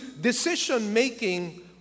decision-making